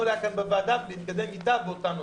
עליה בוועדה ולהתקדם איתה באותו נוסח,